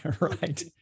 right